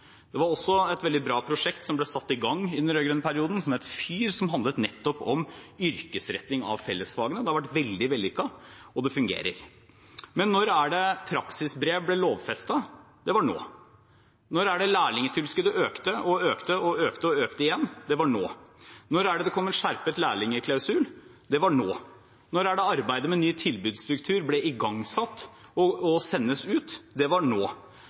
Det var også et veldig bra prosjekt som ble satt i gang i den rød-grønne perioden, som het FYR, som handlet om yrkesretting av fellesfagene. Det har vært veldig vellykket, og det fungerer. Men når var det praksisbrev ble lovfestet? Det var nå. Når var det lærlingtilskuddet økte – økte og økte igjen? Det var nå. Når var det det kom en skjerpet lærlingklausul? Det var nå. Når var det arbeidet med ny tilbudsstruktur ble igangsatt og sendt ut? Det var nå.